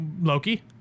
Loki